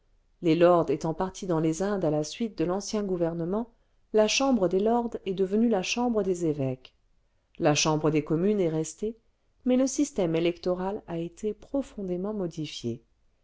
les lords étant partis dans les indes à la suite de l'ancien gouvernement la chambre des lords est devenue la chambre des évêques la chambre des communes est restée mais le système électoral a été profondément modifié